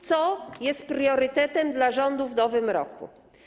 Co jest priorytetem dla rządu w nowym roku?